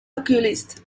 occultist